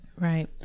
Right